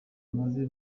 maze